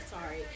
sorry